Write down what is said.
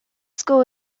school